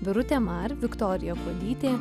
birutė mar viktorija kuodytė